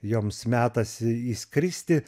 joms metas išskristi